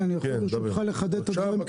אני רוצה ברשותך לחדד את הדברים.